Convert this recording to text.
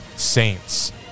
Saints